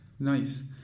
Nice